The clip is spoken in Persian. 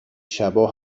شبا